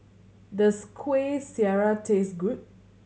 does Kueh Syara taste good